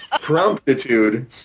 Promptitude